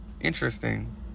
Interesting